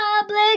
public